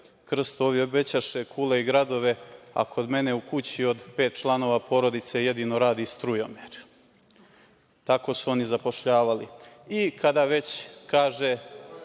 Krsto ovi obećaše kule i gradove, a kod mene u kući od pet članova porodice jedino radi strujomer. Tako su oni zapošljavali. Kada već kaže